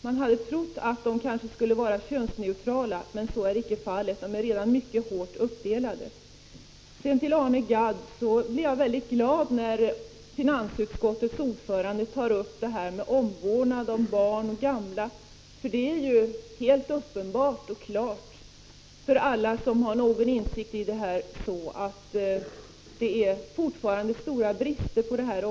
Man hade trott att de kanske skulle vara könsneutrala, men så är icke fallet. De är redan mycket hårt uppdelade. Jag blir mycket glad när finansutskottets ordförande, Arne Gadd, tar upp omvårdnaden av barn och gamla. Det är helt uppenbart för alla som har någon insikt om detta område att det där fortfarande råder stora brister.